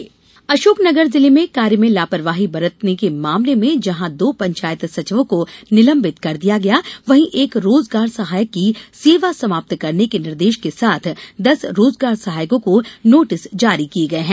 निलंबन अशोकनगर जिले में कार्य में लापरवाही बरतने मामले में जहां दो पंचायत सचिवों को निलंबित कर दिया गया वहीं एक रोजगार सहायक की सेवा समाप्त करने के निर्देश के साथ दस रोजगार सहायकों को नोटिस जारी किये गये है